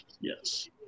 Yes